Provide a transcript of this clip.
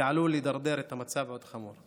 זה עלול לדרדר את המצב להיות יותר חמור.